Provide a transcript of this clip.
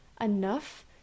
enough